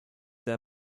der